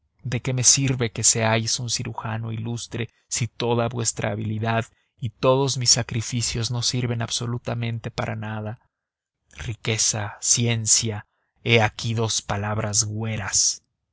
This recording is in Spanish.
de qué sirve que seáis un cirujano ilustre si toda vuestra habilidad y todos mis sacrificios no sirven absolutamente para nada riqueza ciencia he aquí dos palabras hueras